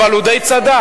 אבל הוא די צדק.